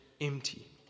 empty